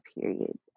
period